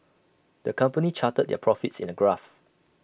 the company charted their profits in A graph